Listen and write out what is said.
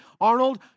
Arnold